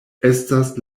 estas